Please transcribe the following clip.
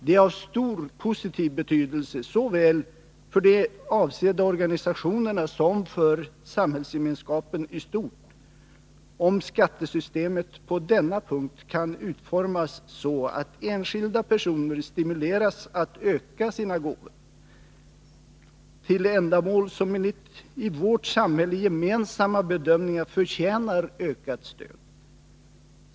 Det är av stor positiv betydelse såväl för de avsedda organisationerna som för samhällsgemenskapen i stort om skattesystemet på denna punkt kan utformas så, att enskilda personer stimuleras att öka sina gåvor till ändamål som enligt i vårt samhälle gemensamma bedömningar förtjänar ökat stöd.